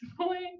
point